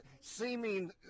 seeming